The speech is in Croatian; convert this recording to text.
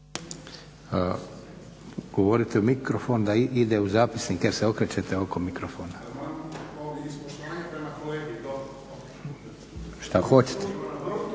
Govorite u mikrofon da ide u zapisnik jer se okrećete oko mikrofon. Šta hoćete?